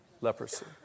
Leprosy